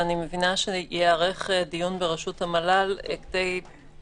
ואני מבינה שייערך דיון בראשות המל"ל בדיוק